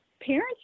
parents